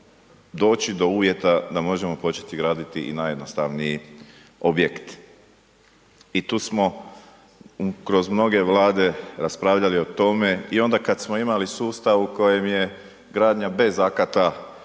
doći do uvjeta da možemo početi graditi i najjednostavniji objekt. I tu smo kroz mnoge Vlade raspravljali o tome i onda kad smo imali sustav u kojem je gradnja bez akata